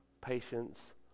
Patience